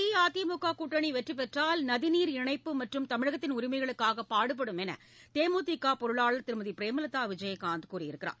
அஇஅதிமுக கூட்டணி வெற்றி பெற்றால் நதிநீர் இணைப்பு மற்றும் தமிழகத்தின் உரிமைகளுக்காக பாடுபடும் என தேமுதிக பொருளாளர் திருமதி பிரேமலதா விஜயகாந்த் தெரிவித்துள்ளார்